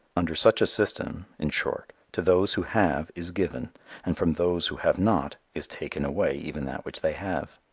under such a system, in short, to those who have is given and from those who have not is taken away even that which they have.